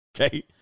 Okay